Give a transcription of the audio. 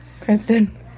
Kristen